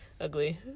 ugly